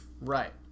Right